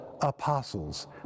apostles